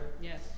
Yes